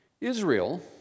Israel